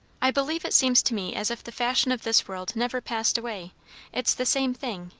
i believe it seems to me as if the fashion of this world never passed away it's the same thing,